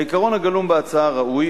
העיקרון הגלום בהצעה ראוי,